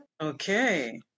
Okay